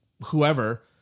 whoever